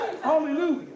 Hallelujah